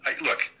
look